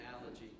analogy